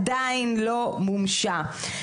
עדיין לא מומשה,